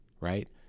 right